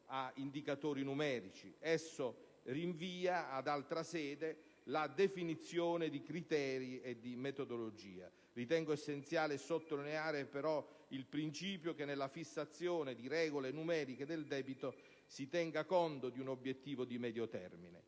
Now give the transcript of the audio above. a indicatori numerici. Esso rinvia ad altra sede la definizione di criteri e di metodologia. Ritengo essenziale, però, sottolineare il principio che, nella fissazione di regole numeriche del debito, si tenga conto di un obiettivo di medio termine.